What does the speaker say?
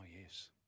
yes